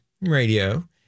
radio